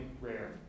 rare